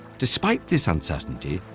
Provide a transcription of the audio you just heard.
despite this uncertainty,